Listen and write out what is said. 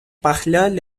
parlent